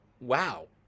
wow